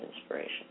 inspiration